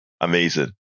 Amazing